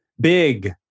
big